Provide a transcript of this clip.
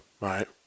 right